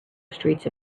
streets